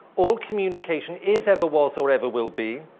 all communication is ever was or ever will be,